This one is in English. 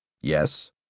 Yes